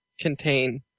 contain